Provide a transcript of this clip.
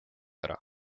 ära